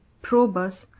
probus,